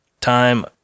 Time